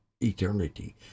eternity